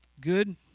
Good